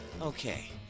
Okay